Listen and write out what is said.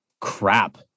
crap